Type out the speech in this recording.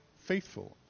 faithful